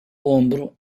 ombro